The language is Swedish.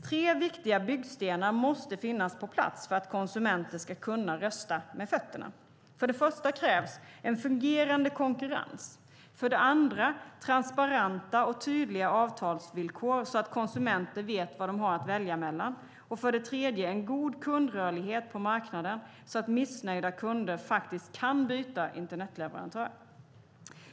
Tre viktiga byggstenar måste finnas på plats för att konsumenter ska kunna "rösta med fötterna". För det första krävs en fungerande konkurrens, för det andra transparenta och tydliga avtalsvillkor så att konsumenter vet vad de har att välja mellan och för det tredje en god kundrörlighet på marknaden, så att missnöjda kunder faktiskt kan byta internetleverantör.